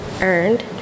earned